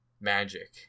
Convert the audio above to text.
magic